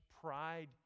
pride